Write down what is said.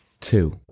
two